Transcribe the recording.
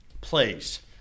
Please